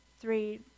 three